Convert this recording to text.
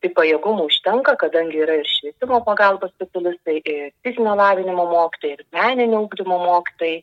tai pajėgumų užtenka kadangi yra ir švietimo pagalbos specialistai i fizinio lavinimo mokytojai ir meninio ugdymo mokytojai